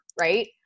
Right